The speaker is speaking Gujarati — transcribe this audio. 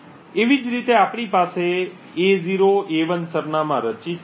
એ જ રીતે આપણી પાસે A0 A1 સરનામાં રચિત છે